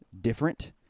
different